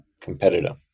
competitor